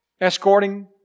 escorting